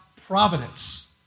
providence